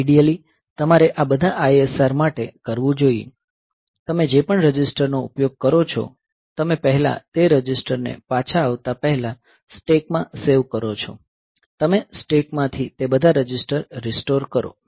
ideally તમારે આ બધા ISR માટે કરવું જોઈએ તમે જે પણ રજિસ્ટરનો ઉપયોગ કરો છો તમે પહેલા તે રજિસ્ટરને પાછા આવતા પહેલા સ્ટેક માં સેવ કરો છો તમે સ્ટેકમાંથી તે બધા રજીસ્ટર રીસ્ટોર કરો